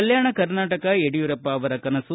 ಕಲ್ನಾಣ ಕರ್ನಾಟಕ ಯಡಿಯೂರಪ್ಪ ಅವರ ಕನಸು